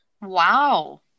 wow